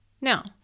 Now